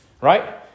Right